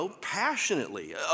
passionately